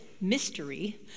mystery